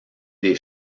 des